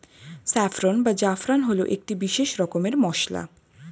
saffron বা জাফরান হল একটি বিশেষ রকমের মশলা